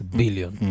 billion